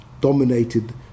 dominated